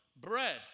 bread